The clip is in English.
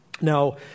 Now